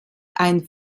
ein